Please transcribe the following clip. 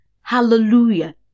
Hallelujah